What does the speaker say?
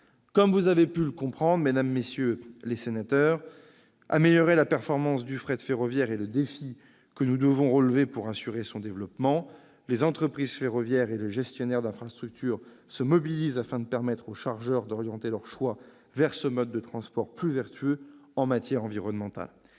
comme vous aurez pu le comprendre, améliorer la performance du fret ferroviaire est le défi que nous devons relever pour assurer son développement. Les entreprises ferroviaires et le gestionnaire d'infrastructures se mobilisent afin de permettre aux chargeurs d'orienter leurs choix vers ce mode de transport plus vertueux en matière environnementale.